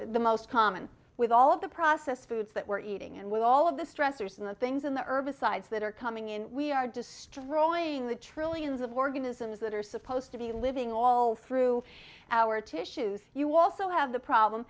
the most common with all of the processed foods that we're eating and with all of the stressors and the things in the herbicides that are coming in we are destroying the trillions of organisms that are supposed to be living all through our tissues you also have the problem